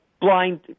blind